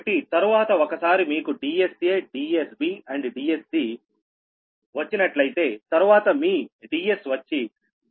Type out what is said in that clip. కాబట్టి తరువాత ఒకసారి మీకు DsaDsb మరియు Dsc వచ్చినట్లయితే తరువాత మీ Ds వచ్చి 13